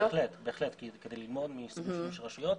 כן, בהחלט, כדי ללמוד מסוגים שונים של רשויות.